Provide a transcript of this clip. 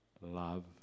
love